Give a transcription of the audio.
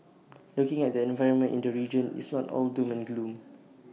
looking at the environment in the region it's not all doom and gloom